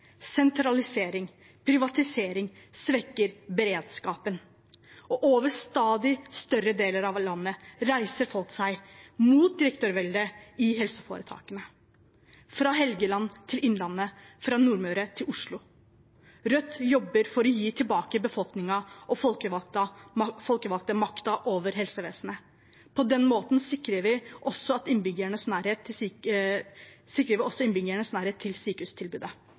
sentralisering og privatisering svekker beredskapen, og over stadig større deler av landet reiser folk seg mot direktørveldet i helseforetakene – fra Helgeland til Innlandet, fra Nordmøre til Oslo. Rødt jobber for å gi makten over helsevesenet tilbake til befolkningen og de folkevalgte. På den måten sikrer vi også innbyggernes nærhet til